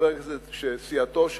שסיעתו של,